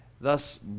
thus